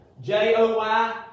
J-O-Y